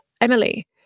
Emily